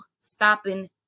stopping